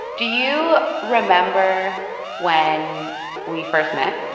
do you remember when we first met?